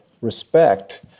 respect